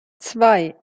zwei